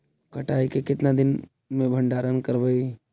कटाई के कितना दिन मे भंडारन करबय?